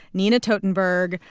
nina totenberg,